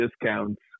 discounts